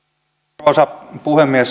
arvoisa puhemies